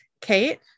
Kate